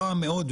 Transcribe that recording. רע מאוד,